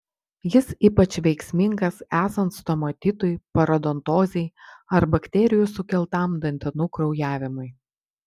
jis ypač veiksmingas esant stomatitui parodontozei ar bakterijų sukeltam dantenų kraujavimui